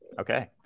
Okay